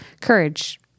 courage